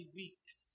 weeks